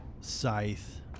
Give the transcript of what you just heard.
Scythe